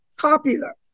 popular